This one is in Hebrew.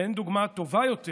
ואין דוגמה טובה יותר